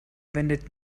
wendet